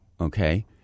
Okay